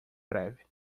breve